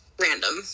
random